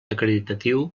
acreditatiu